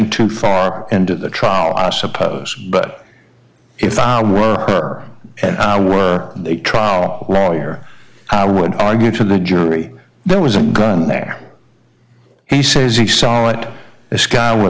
too far into the trial i suppose but if i were her and i were they trial lawyer i would argue to the jury there was a gun there he says he saw it this guy with